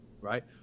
right